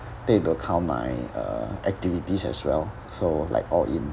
take into account my uh activities as well so like all in